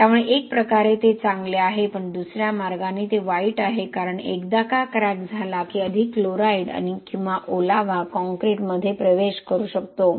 त्यामुळे एक प्रकारे ते चांगले आहे पण दुसऱ्या मार्गाने ते वाईट आहे कारण एकदा का क्रॅक झाला की अधिक क्लोराइड किंवा ओलावा काँक्रीटमध्ये प्रवेश करू शकतो